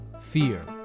fear